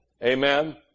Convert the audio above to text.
Amen